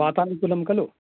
वातानुकूलं खलु